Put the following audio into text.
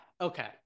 Okay